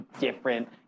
different